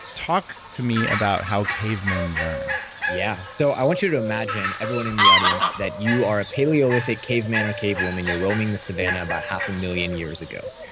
talk to me about how cavemen learn yeah. so i want you to imagine everyone in the audience that you are a paleolithic caveman or cavewoman. you're roaming the savannah about half a million years ago.